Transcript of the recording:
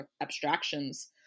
abstractions